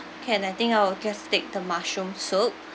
can I think I'll just take the mushroom soup